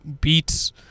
beats